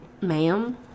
Ma'am